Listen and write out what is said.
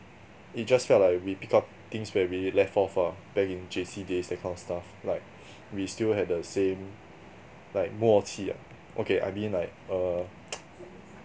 it just felt like we pick up things where we left off ah back in J_C days that kind of stuff like we still had the same like 默契 ah okay I mean like uh